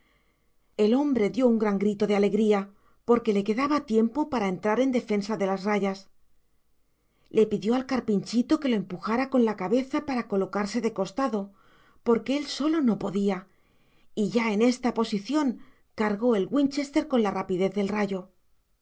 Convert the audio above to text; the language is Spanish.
el hombre dio un gran grito de alegría porque le quedaba tiempo para entrar en defensa de las rayas le pidió al carpinchito que lo empujara con la cabeza para colocarse de costado porque él solo no podía y ya en esta posición cargó el winchester con la rapidez del rayo